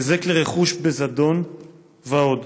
היזק לרכוש בזדון ועוד.